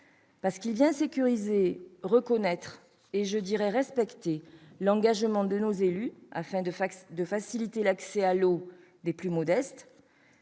Parce qu'il permet de sécuriser, de reconnaître et de respecter l'engagement de nos élus, afin de faciliter l'accès à l'eau des plus modestes,